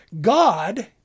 God